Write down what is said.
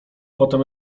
potem